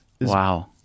Wow